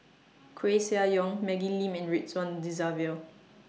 Koeh Sia Yong Maggie Lim and Ridzwan Dzafir